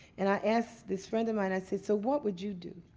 and i asked this friend of mine, i said, so what would you do?